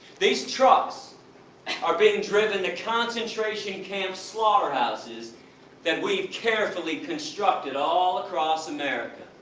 these trucks are being driven to concentration camp's slaughterhouses that we carefully constructed all across america.